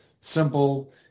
simple